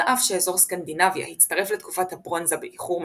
על אף שאזור סקנדינביה הצטרף לתקופת הברונזה באיחור משמעותי,